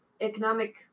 economic